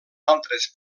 altres